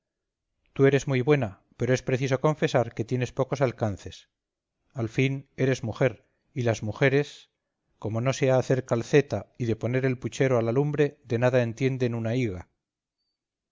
tú eres muy buena pero es preciso confesar que tienes pocos alcances al fin eres mujer y las mujeres como no sea hacer calceta y de poner el puchero a la lumbre de nada entienden una higa